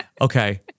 Okay